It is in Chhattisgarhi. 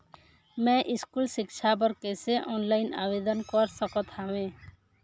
मैं स्कूल सिक्छा बर कैसे ऑनलाइन आवेदन कर सकत हावे?